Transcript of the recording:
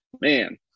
Man